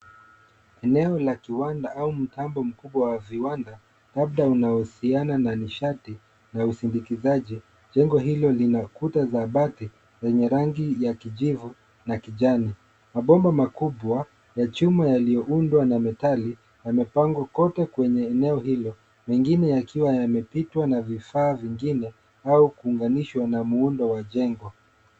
Eneo la kiwanda au mtambo mkubwa wa viwanda, labda unaohusiana na nishati na usindikizaji. Jengo hilo lina kuta za bati zenye rangi ya kijivu na kijani, mabomba makubwa ya chuma yaliyoundwa na metali, yamepangwa kote kwenye eneo hilo, mengine yakiwa yamepitwa na vifaa vingine au kuunganishwa na muundo wa jengo.